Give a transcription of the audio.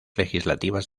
legislativas